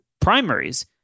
primaries